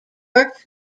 worked